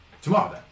tomorrow